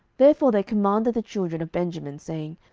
therefore they commanded the children of benjamin, saying,